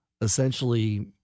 essentially